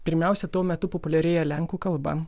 pirmiausia tuo metu populiarėja lenkų kalba